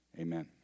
amen